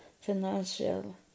financial